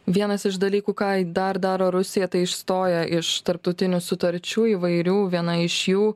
vienas iš dalykų ką dar daro rusija tai išstoja iš tarptautinių sutarčių įvairių viena iš jų